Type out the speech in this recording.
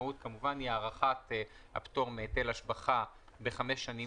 והמשמעות כמובן היא הארכת הפטור מהיטל השבחה בחמש שנים